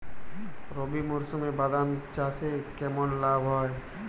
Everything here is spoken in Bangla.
রবি মরশুমে বাদাম চাষে কেমন লাভ হয়?